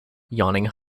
yawning